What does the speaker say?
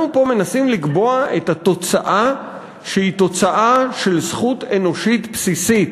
אנחנו מנסים פה לקבוע את התוצאה שהיא תוצאה של זכות אנושית בסיסית.